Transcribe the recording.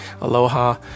aloha